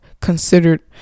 considered